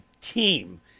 team